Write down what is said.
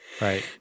Right